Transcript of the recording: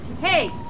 Hey